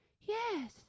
Yes